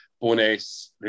Bonus